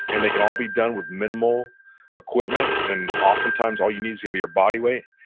and they can all be done with minimal equipment, and oftentimes all you need is gonna be your body weight.